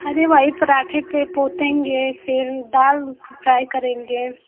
अरे भाई पराठे पर पोतेंगे फिर दाल फ्राई करेंगे